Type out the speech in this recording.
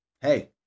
Hey